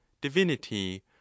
divinity